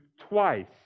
twice